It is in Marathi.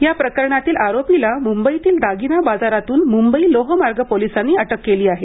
या प्रकरणातील आरोपीला मुंबईतील दागिना बाजारातून मुंबई लोहमार्ग पोलिसांनी अटक केली आहे